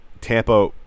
Tampa